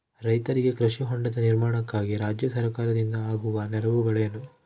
ರೈತರಿಗೆ ಕೃಷಿ ಹೊಂಡದ ನಿರ್ಮಾಣಕ್ಕಾಗಿ ರಾಜ್ಯ ಸರ್ಕಾರದಿಂದ ಆಗುವ ನೆರವುಗಳೇನು?